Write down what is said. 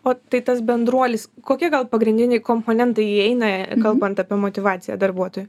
o tai tas bendruolis kokie gal pagrindiniai komponentai įeina kalbant apie motyvaciją darbuotojų